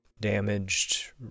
damaged